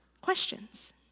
questions